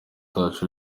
touch